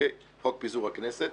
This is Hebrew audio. חוק פיזור הכנסת.